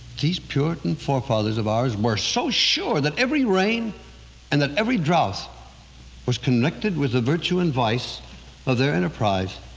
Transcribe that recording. these puritan forefathers of ours were so sure that every rain and that every drought was connected with the virtue and vice of their enterprise,